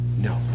No